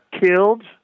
killed